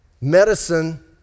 medicine